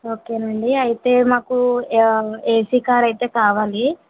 okay అండి అయితే మాకు ఏసీ కార్ అయితే కావాలి